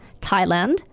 Thailand